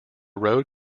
road